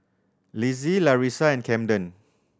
Lizzie Larissa and Camden